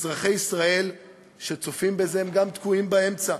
אזרחי ישראל שצופים בזה גם תקועים באמצע: